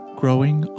growing